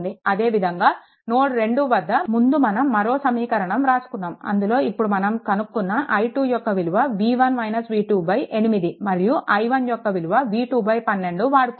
అదేవిధంగా నోడ్2 వద్ద ముందు మనం మరో సమీకరణం వ్రాసుకున్నాము అందులో ఇప్పుడు మనం కనుక్కున్న i2 యొక్క విలువ V1 - V2 8 మరియు i1 యొక్క విలువ V212 వాడుకున్నాము